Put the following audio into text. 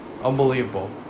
Unbelievable